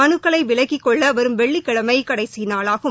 மனுக்களைவிலக்கிக் கொள்ளவரும் வெள்ளிக்கிழமைகடைசிநாளாகும்